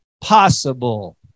possible